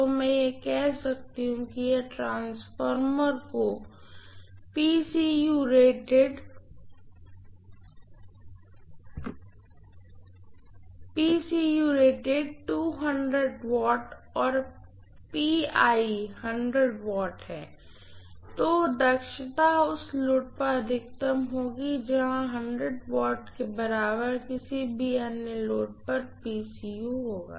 तो मैं कह सकती हूँ की यदि ट्रांसफार्मर का W और W है तो दक्षता उस लोड पर अधिकतम होगी जहां W के बराबर किसी भी अन्य लोड पर होगा